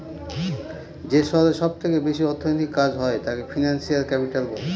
যে শহরে সব থেকে বেশি অর্থনৈতিক কাজ হয় তাকে ফিনান্সিয়াল ক্যাপিটাল বলে